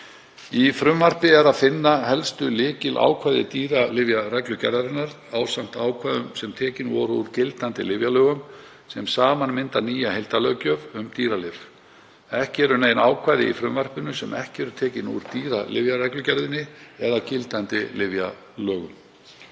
Í frumvarpinu er að finna helstu lykilákvæði dýralyfjareglugerðarinnar ásamt ákvæðum sem tekin voru úr gildandi lyfjalögum og saman mynda nýja heildarlöggjöf um dýralyf. Ekki eru nein ákvæði í frumvarpinu sem ekki eru tekin úr dýralyfjareglugerðinni eða gildandi lyfjalögum.